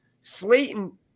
Slayton